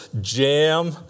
Jam